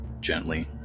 gently